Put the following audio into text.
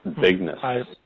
bigness